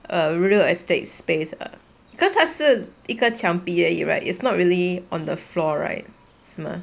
err real estate space err because 它是一个墙壁而已 right it's not really on the floor right 是吗